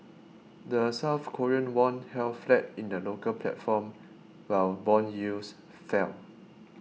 the South Korean won held flat in the local platform while bond yields fell